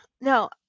no